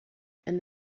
and